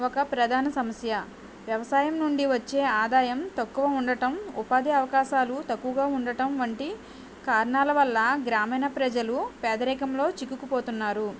ఒక ప్రధాన సమస్య వ్యవసాయం నుండి వచ్చే ఆదాయం తక్కువ ఉండటం ఉపాధి అవకాశాలు తక్కువగా ఉండటం వంటి కారణాల వల్ల గ్రామీణ ప్రజలు పేదరికంలో చిక్కుకోపోతున్నారు